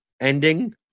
Ending